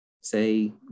say